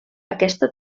aquesta